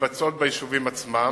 המתבצעות ביישובים עצמם.